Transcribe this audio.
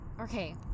okay